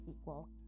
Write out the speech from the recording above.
equal